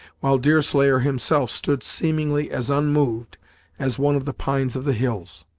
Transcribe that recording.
while deerslayer himself stood seemingly as unmoved as one of the pines of the hills.